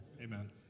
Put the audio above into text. Amen